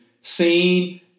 seen